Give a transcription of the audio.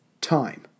Time